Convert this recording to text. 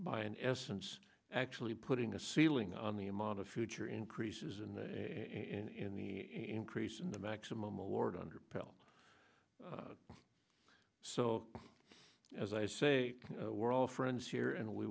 by in essence actually putting a ceiling on the amount of future increases in the in the crease in the maximum award under pell so as i say we're all friends here and we